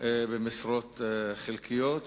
במשרות חלקיות.